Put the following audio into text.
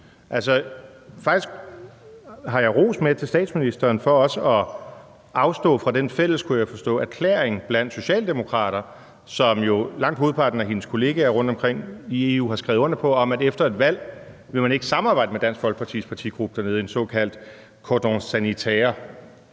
Faktisk har jeg ros med til statsministeren for også at afstå fra den fælles, kunne jeg forstå, erklæring blandt socialdemokrater, som jo langt hovedparten af hendes kolleger rundtomkring i EU har skrevet under på, om, at efter et valg vil man ikke samarbejde med Dansk Folkepartis partigruppe dernede, en såkaldt cordon sanitaire,